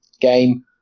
game